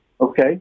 okay